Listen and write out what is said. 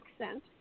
accent